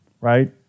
right